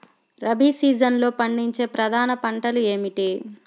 రబీ సీజన్లో పండించే ప్రధాన పంటలు ఏమిటీ?